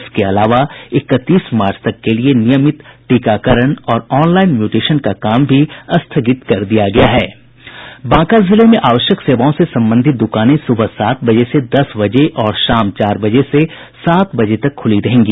इसके अलावा इकतीस मार्च तक के लिए नियमित टीकाकरण और ऑनलाईन म्यूटेशन का काम स्थगित कर दिया गया है बांका जिले में आवश्यक सेवाओं से संबंधित दुकानें सुबह सात बजे से दस बजे और शाम चार बजे से सात बजे तक खूली रहेगी